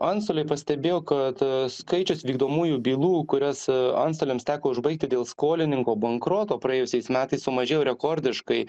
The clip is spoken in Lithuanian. antstoliai pastebėjo kad skaičius vykdomųjų bylų kurias antstoliams teko užbaigti dėl skolininko bankroto praėjusiais metais sumažėjo rekordiškai